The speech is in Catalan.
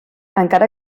encara